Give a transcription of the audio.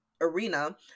arena